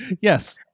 Yes